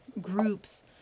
groups